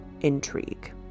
intrigue